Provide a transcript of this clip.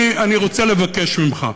אני רוצה לבקש ממך,